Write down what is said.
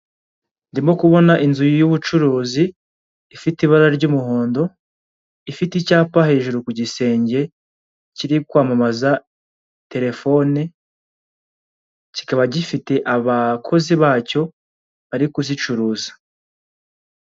Ndimo kubona inzu y'ubucuruzi ifite ibara ry'umuhondo, ifite icyapa hejuru ku gisenge, kiri kwamamaza telefone, kikaba gifite abakozi bacyo bari kuzicuruza.